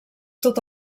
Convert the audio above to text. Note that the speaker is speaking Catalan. tot